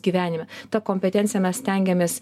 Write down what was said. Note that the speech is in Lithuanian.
gyvenime ta kompetencija mes stengiamės